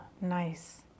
nice